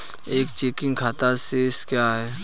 एक चेकिंग खाता शेष क्या है?